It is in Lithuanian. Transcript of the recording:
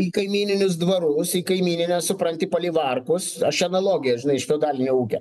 į kaimyninius dvarus į kaimynines supranti palivarkus aš čia analogiją žinai iš feodalinio ūkio